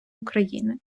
україни